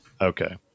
Okay